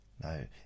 no